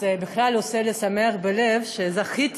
אז בכלל, עושה לי שמח בלב שזכיתי